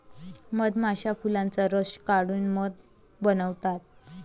मधमाश्या फुलांचा रस काढून मध बनवतात